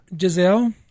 Giselle